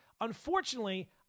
Unfortunately